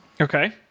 Okay